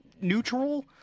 neutral